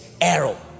arrow